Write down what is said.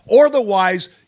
Otherwise